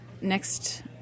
next